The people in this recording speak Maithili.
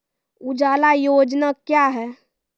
उजाला योजना क्या हैं?